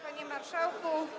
Panie Marszałku!